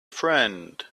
friend